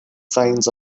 finds